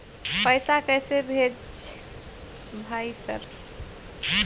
पैसा कैसे भेज भाई सर?